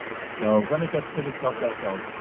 so when it gets pretty tough let go,